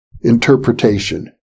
interpretation